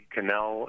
Canal